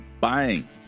buying